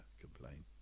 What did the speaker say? complain